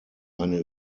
eine